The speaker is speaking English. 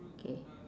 okay